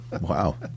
wow